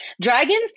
dragons